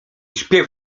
śpiew